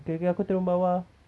okay okay aku turun bawah